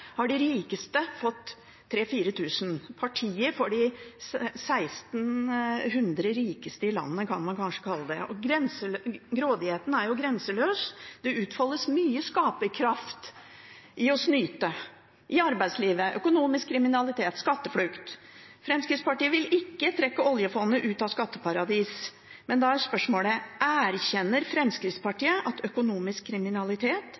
har de rikeste fått 3 000–4 000 kr – partiet for de 1 600 rikeste i landet, kan man kanskje kalle det. Grådigheten er grenseløs. Det utfoldes mye skaperkraft i å snyte – i arbeidslivet, økonomisk kriminalitet, skatteflukt. Fremskrittspartiet vil ikke trekke oljefondet ut av skatteparadis. Men da er spørsmålet: Erkjenner Fremskrittspartiet at økonomisk kriminalitet,